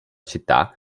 città